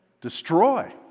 Destroy